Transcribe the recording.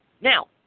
Now